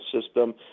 system